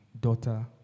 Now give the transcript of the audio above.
daughter